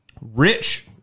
rich